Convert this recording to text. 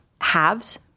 halves